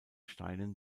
steinen